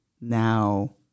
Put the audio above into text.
now